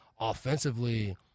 offensively